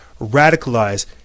radicalize